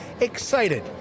excited